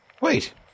Wait